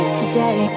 today